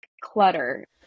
clutter